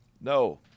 No